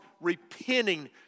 repenting